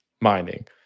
mining